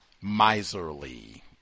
miserly